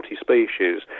species